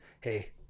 hey